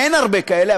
אין הרבה כאלה,